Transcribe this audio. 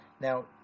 Now